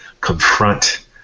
confront